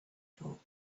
thought